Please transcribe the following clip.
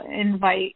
invite